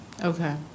Okay